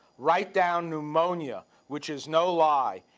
write down pneumonia, which is no lie,